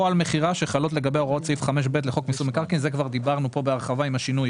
או על מכירה שחלות לגביה הוראות סעיף 5(ב) לחוק מיסוי מקרקעין.